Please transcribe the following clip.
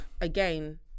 again